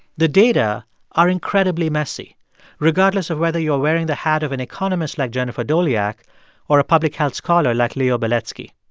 the data are incredibly messy regardless of whether you're wearing the hat of an economist like jennifer doleac or a public health scholar like leo beletsky.